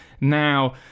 Now